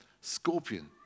scorpion